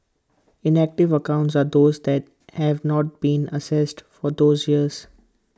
inactive accounts are those that have not been accessed for those years